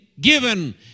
given